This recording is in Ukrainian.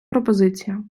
пропозиція